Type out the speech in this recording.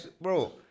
bro